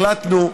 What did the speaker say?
החלטנו,